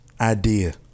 idea